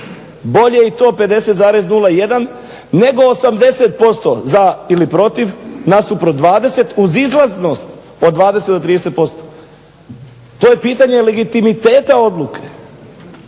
Bolje je i to 50,01 nego 80% za ili protiv nasuprot 20 uz izlaznost od 20 do 30%. To je pitanje legitimiteta odluke.